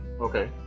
okay